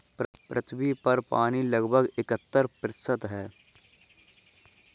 पृथ्वी पर पानी लगभग इकहत्तर प्रतिशत है